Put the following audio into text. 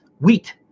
wheat